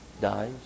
dies